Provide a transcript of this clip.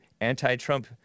anti-trump